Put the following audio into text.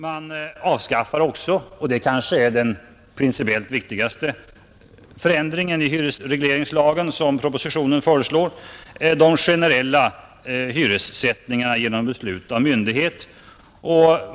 Dessutom avskaffas — och det kanske är den principiellt viktigaste förändring i hyresregleringslagen som propositionen föreslår — den generella hyressättningen genom beslut av myndighet.